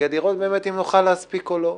כדי לראות אם נוכל להספיק או לא.